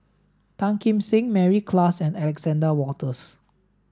Tan Kim Seng Mary Klass and Alexander Wolters